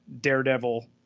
Daredevil